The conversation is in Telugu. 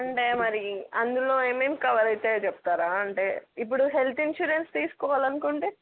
అంటే మరి అందులో ఏమేమి కవర్ అవుతాయో చెప్తారా అంటే ఇప్పుడు హెల్త్ ఇన్సూరెన్స్ తీసుకోవాలి అనుకుంటే